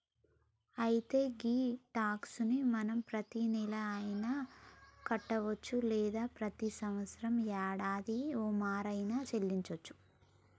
అయితే ఈ టాక్స్ ని మనం ప్రతీనెల అయిన కట్టొచ్చు లేదా ప్రతి సంవత్సరం యాడాదికి ఓమారు ఆయిన సెల్లించోచ్చు